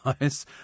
nice